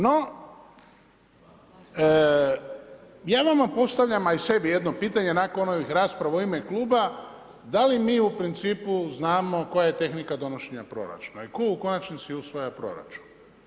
No, ja vama postavljam, a i sebi jedno pitanje nakon onih rasprava u ime kluba, da li mi u principu znamo koja je tehnika donošenja proračuna i tko u konačnici usvaja proračun?